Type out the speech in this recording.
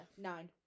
nine